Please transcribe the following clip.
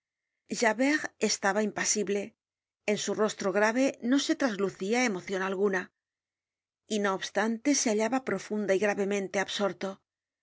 libertad javert estaba impasible en su rostro grave no se traslucia emocion alguna y no obstante se hallaba profunda y gravemente absorto era